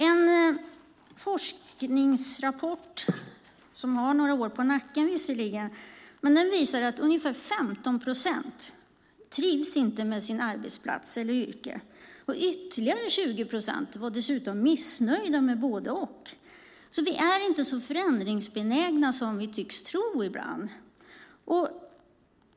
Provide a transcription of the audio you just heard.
En forskningsrapport, som visserligen har några år på nacken, visar att ungefär 15 procent inte trivs på sin arbetsplats eller med sitt yrke. Ytterligare 20 procent är dessutom missnöjda med både-och. Vi är inte så förändringsbenägna som vi tycks tro ibland.